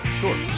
sure